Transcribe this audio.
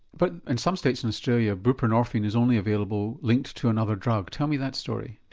but in some states in australia buprenorphine is only available linked to another drug. tell me that story.